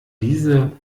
diese